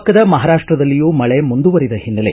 ಪಕ್ಕದ ಮಹಾರಾಷ್ಷದಲ್ಲಿಯೂ ಮಳೆ ಮುಂದುವರಿದ ಹಿನ್ನೆಲೆ